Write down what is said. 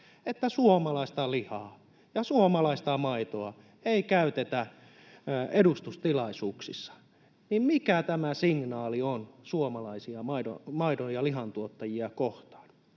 että suomalaista lihaa ja suomalaista maitoa ei käytetä edustustilaisuuksissa, niin mikä tämä signaali on suomalaisia maidon‑ ja lihantuottajia kohtaan?